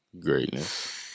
Greatness